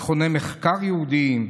מכוני מחקר יהודיים,